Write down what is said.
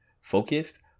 focused